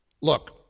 look